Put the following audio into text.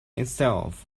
itself